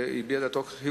והוא הביע את דעתו החיובית.